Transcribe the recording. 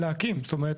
מתכננת